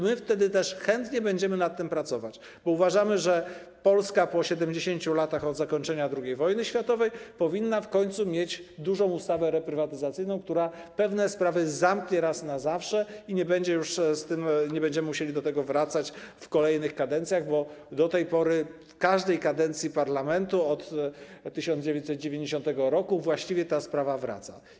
My wtedy też chętnie będziemy nad tym pracować, bo uważamy, że Polska po 70 latach od zakończenia II wojny światowej powinna w końcu mieć dużą ustawę reprywatyzacyjną, która pewne sprawy zamknie raz na zawsze i nie będziemy musieli do tego wracać w kolejnych kadencjach, bo do tej pory w każdej kadencji parlamentu od 1990 r. właściwie ta sprawa wraca.